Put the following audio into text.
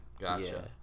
gotcha